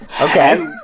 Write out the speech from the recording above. okay